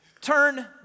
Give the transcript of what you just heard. turn